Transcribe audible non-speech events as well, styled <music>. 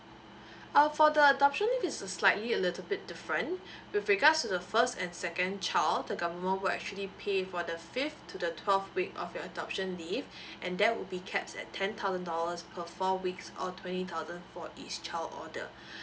<breath> uh for the adoption it is uh slightly a little bit different <breath> with regards to the first and second child the government will actually pay for the fifth to the twelve week of your adoption leave <breath> and that would be caps at ten thousand dollars per four weeks or twenty thousands for each child order <breath>